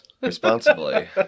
responsibly